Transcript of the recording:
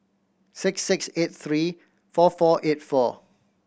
six six eight three four four eight four